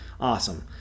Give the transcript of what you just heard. awesome